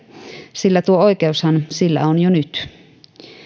sillä tuo oikeushan sillä on jo nyt